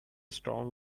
strong